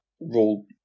roll